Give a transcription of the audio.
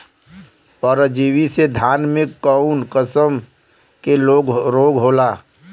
परजीवी से धान में कऊन कसम के रोग होला?